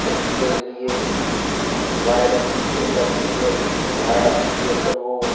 उसके लिए वायरिंग कितनी लगती है कितनी भराती है फिर वह